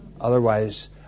otherwise